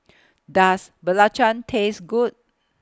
Does Belacan Taste Good